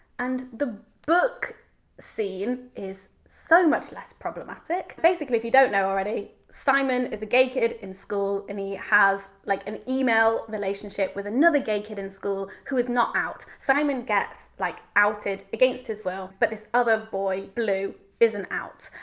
and the book scene is so much less problematic. basically, if you don't know already, simon is a gay kid in school and he has like an email relationship with another gay kid in school who is not out. simon gets like outed against his will. but this other boy blue isn't out.